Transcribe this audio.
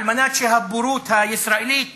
כדי שהבורות הישראלית